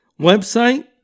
website